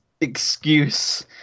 excuse